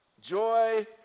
Joy